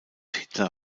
hitler